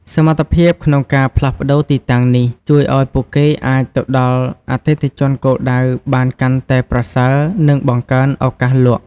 សមត្ថភាពក្នុងការផ្លាស់ប្តូរទីតាំងនេះ ជួយឲ្យពួកគេអាចទៅដល់អតិថិជនគោលដៅបានកាន់តែប្រសើរ និងបង្កើនឱកាសលក់។